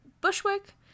Bushwick